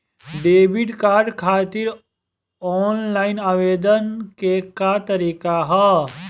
Debit card खातिर online आवेदन के का तरीकि ह?